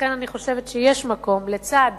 לכן אני חושבת שיש מקום, לצד